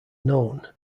known